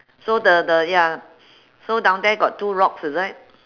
so the the ya so down there got two rocks is it